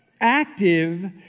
Active